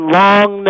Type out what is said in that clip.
long